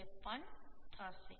53 થશે